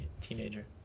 teenager